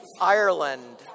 Ireland